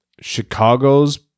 Chicago's